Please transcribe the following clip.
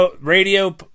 radio